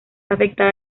afectada